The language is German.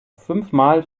fünfmal